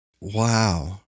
Wow